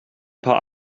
paar